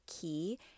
key